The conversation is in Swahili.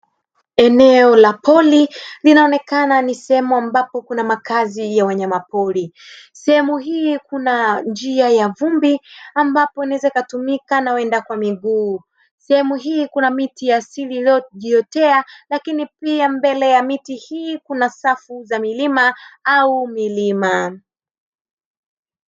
Eneo la pori linaonekana ni sehemu ambapo kuna makazi ya wanyamapori, sehemu hii kuna njia ya vumbi ambayo inaweza kutumika na waenda kwa miguu sehemu hii kuna miti ya asili iliyojiotea lakini pia mbele ya miti hii kuna safu za milima au milima.